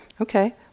okay